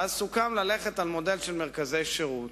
ואז סוכם ללכת על מודל של מרכזי שירות,